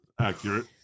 Accurate